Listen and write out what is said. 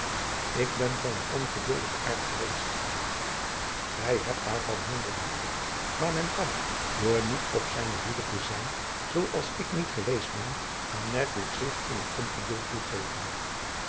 ik ben van een ongeduldigen aard geweest gij hebt daarvan minder dan ik maar men kan door niet op zijne hoede te zijn zoo als ik niet geweest ben aanmerkelijk zich in het ongeduld toegeven